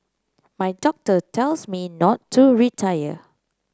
my doctor tells me not to retire